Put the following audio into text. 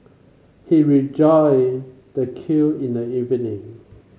he rejoined the queue in the evening